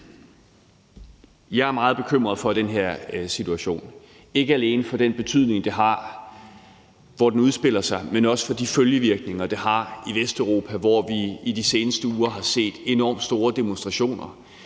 Jeg er meget bekymret for den her situation, og ikke alene for den betydning, det har dér, hvor den udspiller sig, men også for de følgevirkninger, det har i Vesteuropa, hvor vi i de seneste uger har set enormt store demonstrationer